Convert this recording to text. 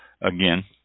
Again